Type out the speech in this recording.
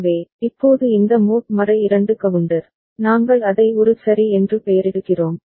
எனவே இப்போது இந்த மோட் 2 கவுண்டர் நாங்கள் அதை ஒரு சரி என்று பெயரிடுகிறோம்